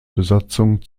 besatzung